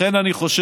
לכן אני חושב